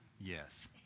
Yes